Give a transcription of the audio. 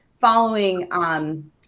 following